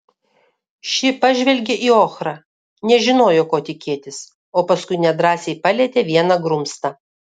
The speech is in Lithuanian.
ši pažvelgė į ochrą nežinojo ko tikėtis o paskui nedrąsiai palietė vieną grumstą